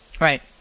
Right